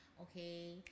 okay